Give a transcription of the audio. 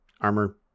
armor